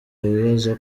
bibaza